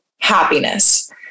happiness